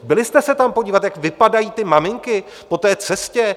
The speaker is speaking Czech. Byli jste se tam podívat, jak vypadají ty maminky po té cestě?